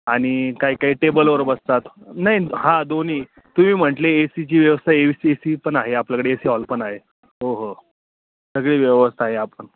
आणि काही काही टेबलवर बसतात नाही हा दोन्ही तुम्ही म्हटले ए सीची व्यवस्था एस ए सी पण आहे आपल्याकडे ए सी हॉल पण आहे हो हो सगळी व्यवस्था आहे आपण